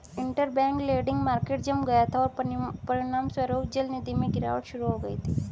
interbank lending market जम गया था, और परिणामस्वरूप चलनिधि में गिरावट शुरू हो गई थी